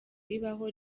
bibaho